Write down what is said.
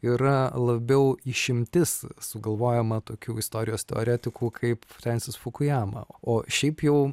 yra labiau išimtis sugalvojama tokių istorijos teoretikų kaip frensis fukujama o šiaip jau